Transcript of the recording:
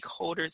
stakeholders